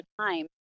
time